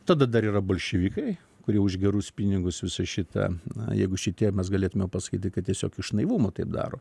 tada dar yra bolševikai kurie už gerus pinigus visą šitą na jeigu šitie mes galėtume pasakyti kad tiesiog iš naivumo taip daro